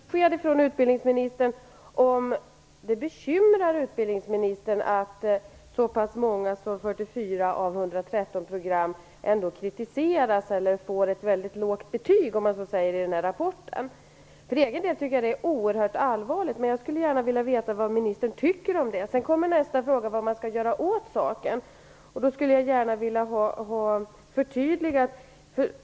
Fru talman! Jag blir litet förvånad, för jag tyckte inte att vi fick något besked från utbildningsministern om det bekymrar honom att så pass många som 44 av 113 program kritiseras eller får ett väldigt lågt betyg i den här rapporten. För egen del tycker jag att det är oerhört allvarligt, men jag skulle gärna vilja veta vad ministern tycker om det. Sedan kommer nästa fråga, nämligen vad man skall göra åt saken. Där skulle jag vilja ha en sak förtydligad.